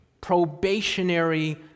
probationary